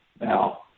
Now